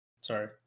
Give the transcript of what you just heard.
Sorry